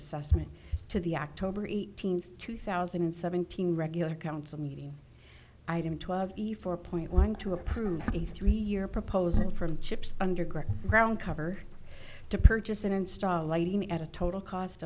assessment to the october eighteenth two thousand and seventeen regular council meeting item twelve four point one to approve a three year proposal from chips under greg brown cover to purchase and install lighting at a total cost